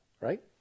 right